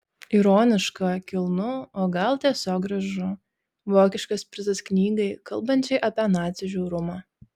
ironiška kilnu o gal tiesiog gražu vokiškas prizas knygai kalbančiai apie nacių žiaurumą